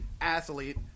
athlete